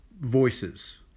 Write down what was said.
voices